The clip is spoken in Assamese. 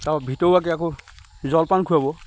তাৰপা ভিতৰুৱাকৈ আকৌ জলপান খোৱাব